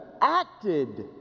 acted